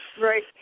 right